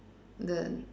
the